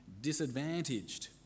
disadvantaged